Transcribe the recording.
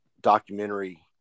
documentary